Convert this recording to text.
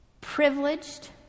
privileged